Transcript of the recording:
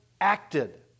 acted